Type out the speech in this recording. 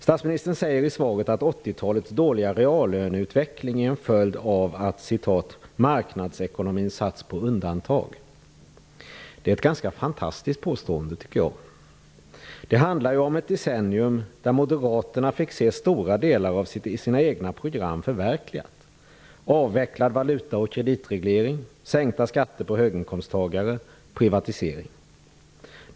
Statsministern säger i svaret att 80-talets dåliga reallöneutveckling är en följd av att ''marknadsekonomin sätts på undantag''. Det är ett ganska fantastiskt påstående. Det handlar ju om ett decennium då Moderaterna fick se stora delar av sitt eget program förverkligade: avvecklad valutaoch kreditreglering, sänkta skatter för höginkomsttagare, privatisering.